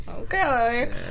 Okay